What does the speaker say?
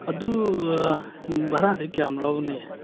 ꯑꯗꯨ ꯚꯔꯥꯗꯤ ꯀꯌꯥꯝ ꯂꯧꯒꯅꯤ